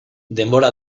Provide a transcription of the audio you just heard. denbora